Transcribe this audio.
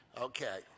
Okay